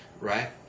right